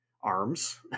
arms